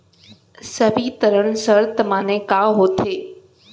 संवितरण शर्त माने का होथे?